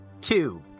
Two